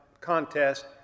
contest